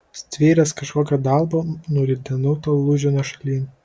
stvėręs kažkokią dalbą nuridenau tą lūženą šalin